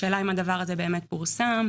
השאלה האם הדבר הזה באמת פורסם?